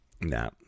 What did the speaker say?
No